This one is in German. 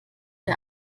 der